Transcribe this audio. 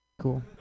cool